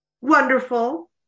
wonderful